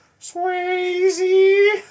Swayze